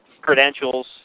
credentials